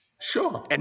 Sure